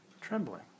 trembling